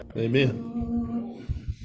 amen